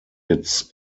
its